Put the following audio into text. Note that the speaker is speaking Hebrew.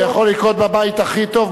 זה יכול לקרות בבית הכי טוב,